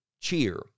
cheer